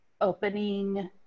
opening